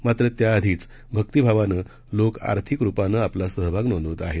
मात्र त्याआधीच भक्तिभावानं लोक आर्थिक रूपानं आपला सहभाग नोंदवत आहेत